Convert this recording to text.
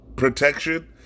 protection